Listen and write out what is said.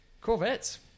Corvettes